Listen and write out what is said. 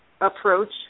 approach